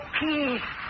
peace